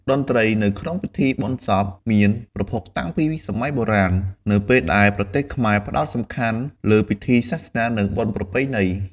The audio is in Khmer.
តន្ត្រីនៅក្នុងពិធីបុណ្យសពមានប្រភពតាំងពីសម័យបុរាណ នៅពេលដែលប្រទេសខ្មែរផ្ដោតសំខាន់លើពិធីសាសនា និងបុណ្យប្រពៃណី។